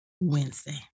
Wednesday